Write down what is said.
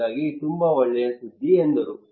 ಹಾಗಾಗಿ ತುಂಬಾ ಒಳ್ಳೆಯ ಸುದ್ದಿ ಎಂದರು